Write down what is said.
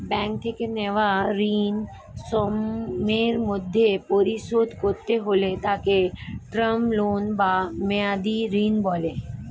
bank থেকে নেওয়া ঋণ সময়ের মধ্যে পরিশোধ করতে হলে তাকে টার্ম লোন বা মেয়াদী ঋণ বলে